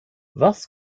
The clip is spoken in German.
was